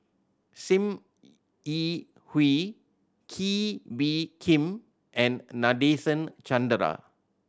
Sim Yi Hui Kee Bee Khim and Nadasen Chandra